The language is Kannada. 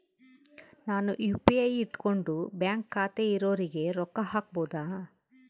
ನಾನು ಯು.ಪಿ.ಐ ಇಟ್ಕೊಂಡು ಬ್ಯಾಂಕ್ ಖಾತೆ ಇರೊರಿಗೆ ರೊಕ್ಕ ಹಾಕಬಹುದಾ?